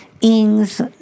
Ings